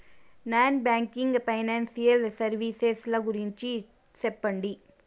Non banking financial services ల గురించి సెప్పండి?